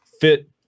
fit